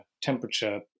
temperature